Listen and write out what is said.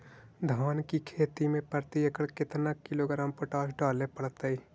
धान की खेती में प्रति एकड़ केतना किलोग्राम पोटास डाले पड़तई?